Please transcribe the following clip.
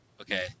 Okay